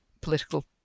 political